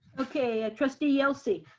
okay. ah trustee yelsey.